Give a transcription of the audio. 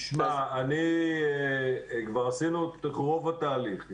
תשמע, כבר עשינו את רוב התהליך.